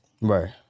Right